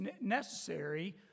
necessary